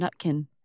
Nutkin